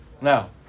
Now